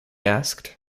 asked